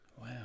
wow